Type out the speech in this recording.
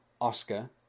Oscar